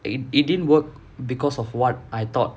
it it didn't work because of what I thought